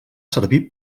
servir